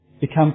become